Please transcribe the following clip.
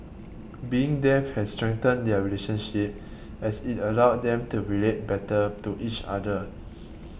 being deaf has strengthened their relationship as it allowed them to relate better to each other